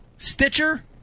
Stitcher